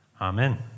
Amen